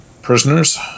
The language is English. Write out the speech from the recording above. prisoners